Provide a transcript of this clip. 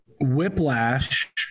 whiplash